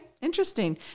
Interesting